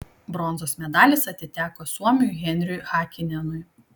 bronzos medalis atiteko suomiui henriui hakinenui